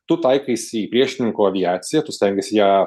tu taikaisi į priešininko aviaciją tu stengiesi ją